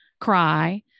cry